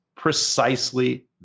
precisely